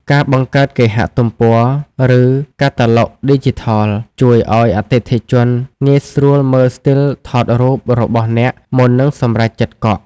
ការបង្កើតគេហទំព័រ ឬកាតាឡុកឌីជីថល ជួយឱ្យអតិថិជនងាយស្រួលមើលស្ទីលថតរូបរបស់អ្នកមុននឹងសម្រេចចិត្តកក់។